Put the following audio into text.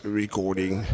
recording